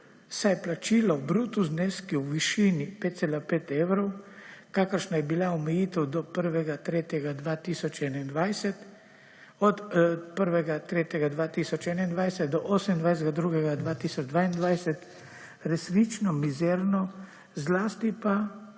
saj plačilo bruto zneski v višini 5,5 evrov, kakršna je bila omejitev do 1. 3. 2021 do 28. 2. 2022 resnično mizerno, zlasti ob